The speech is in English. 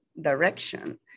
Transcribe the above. direction